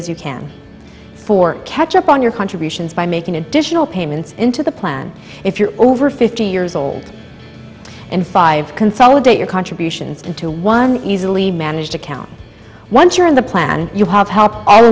as you can for catch up on your contributions by making additional payments into the plan if you're over fifty years old and five consolidate your contributions into one easily managed account once you're in the plan you have helped